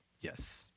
Yes